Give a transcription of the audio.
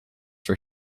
for